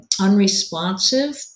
unresponsive